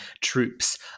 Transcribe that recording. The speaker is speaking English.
troops